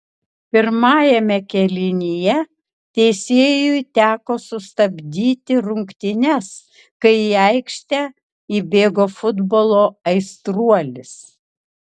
pirmajame kėlinyje teisėjui teko sustabdyti rungtynes kai į aikštę įbėgo futbolo aistruolis